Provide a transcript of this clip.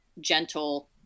gentle